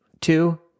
Two